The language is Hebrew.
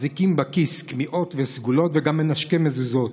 מחזיקים בכיס קמעות וסגולות וגם מנשקים מזוזות.